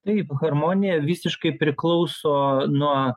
taip harmonija visiškai priklauso nuo